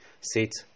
sit